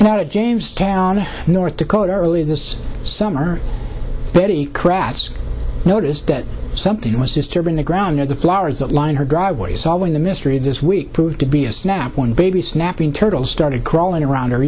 to jamestown north dakota early this summer betty kratz noticed that something was disturbing the ground and the flowers that line her driveway solving the mystery of this week proved to be a snap when baby snapping turtles started crawling around her